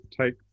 take